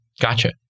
Gotcha